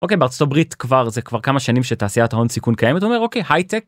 אוקיי בארצות הברית כבר... זה כבר כמה שנים שתעשיית ההון סיכון קיימת, זה אומר, אוקיי, הייטק...